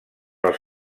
els